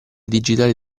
digitale